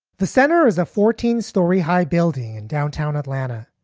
the center is a fourteen storey high building in downtown atlanta.